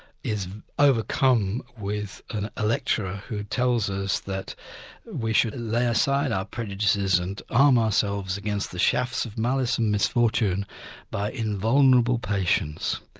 is overcome with a lecturer who tells us that we should lay aside our prejudices and arm ourselves against the shafts of malice and misfortune by invulnerable patience.